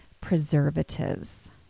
preservatives